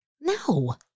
No